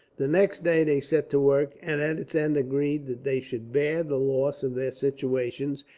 the next day they set to work, and at its end agreed that they should bear the loss of their situations,